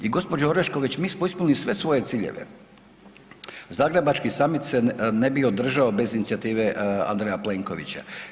I gospođo Orešković, mi smo ispunili sve svoje ciljeve, Zagrebački samit se ne bi održao bez inicijative Andreja Plenkovića.